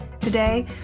Today